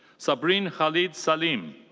sabrin khalid salim.